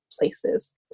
places